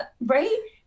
right